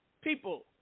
people